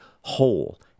whole